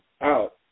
out